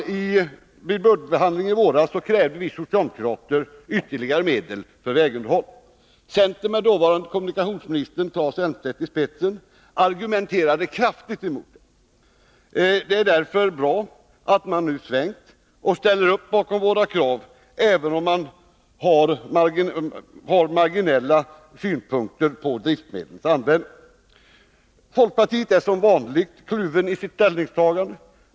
Vid budgetbehandlingen i våras krävde vi socialdemokrater ytterligare medel för vägunderhåll. Centern, med dåvarande kommunikationsministern Claes Elmstedt i spetsen, argumenterade kraftigt mot. Det är därför bra att man nu svängt och ställer upp bakom vårt krav — även om man har marginella synpunkter på driftmedlens användande. Folkpartiet är som vanligt kluvet i sitt ställningstagande.